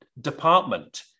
department